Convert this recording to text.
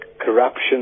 corruption